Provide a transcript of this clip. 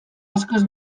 askoz